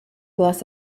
bless